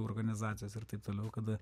organizacijas ir taip toliau kada